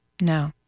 No